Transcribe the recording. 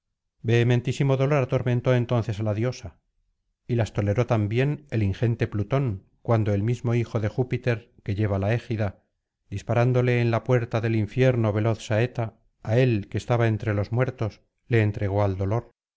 vehementísimo dolor atormentó entonces á la diosa y las toleró también el ingente plutón cuando el mismo hijo de júpiter que lleva la égida disparándole en la puerta del infierno veloz saeta á él que estaba entre los muertos le entregó al dolor